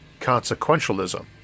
consequentialism